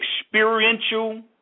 experiential